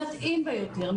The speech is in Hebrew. המתאים ביותר,